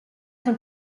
dem